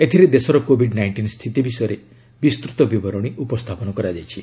ଏଥିରେ ଦେଶର COVID nineteen ସ୍ଥିତି ବିଷୟରେ ବିସ୍ତୁତ ବିବରଣୀ ଉପସ୍ଥାପନ କରାଯାଇଛି